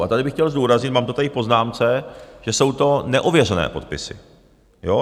A tady bych chtěl zdůraznit, mám to tady v poznámce, že jsou to neověřené podpisy, jo?